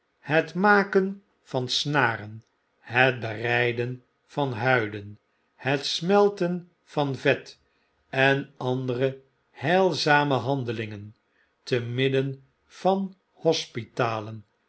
het maken van snaren het bereiden van huiden het smelten van vet en andere heilzame handelingen te midden van